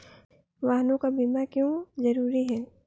वाहनों का बीमा क्यो जरूरी है?